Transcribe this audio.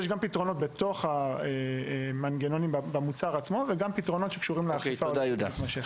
יש פתרונות בתוך המנגנונים של המוצר וגם פתרונות שקשורים באכיפה מתמשכת.